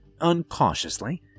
uncautiously